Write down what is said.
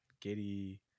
Giddy